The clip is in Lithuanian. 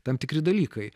tam tikri dalykai